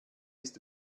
ist